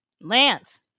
Lance